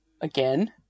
again